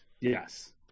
Yes